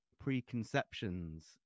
preconceptions